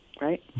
right